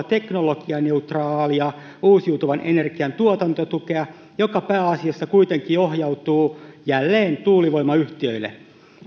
teknologianeutraalia uusiutuvan energian tuotantotukea joka pääasiassa kuitenkin ohjautuu jälleen tuulivoimayhtiöille